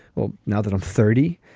well, now that i'm thirty,